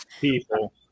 people